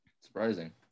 surprising